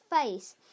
face